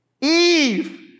Eve